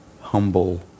humble